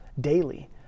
daily